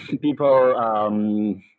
people